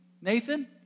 Nathan